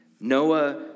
Noah